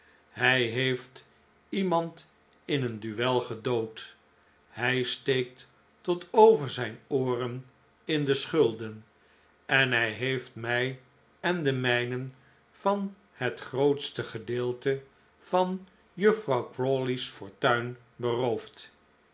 hij heeft iemand in een duel gedood hij steekt tot over zijn ooren in de schulden en hij heeft mij en de mijnen van het grootste gedeelte van juffrouw crawley's fortuin beroofd